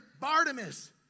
Bartimaeus